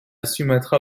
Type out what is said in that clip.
sumatra